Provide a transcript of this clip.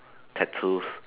tattoos